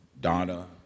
Donna